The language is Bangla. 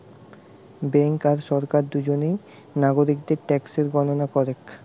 বেঙ্ক আর সরকার দুজনেই নাগরিকদের ট্যাক্সের গণনা করেক